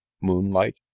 moonlight